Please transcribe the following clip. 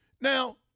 Now